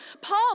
Paul